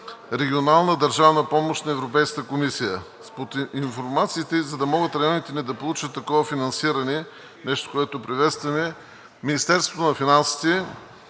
регионална държавна помощ на Европейската комисия. Според информациите, за да могат районите ни да получат такова финансиране – нещо, което приветстваме, Министерството на финансите